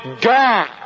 God